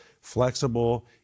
flexible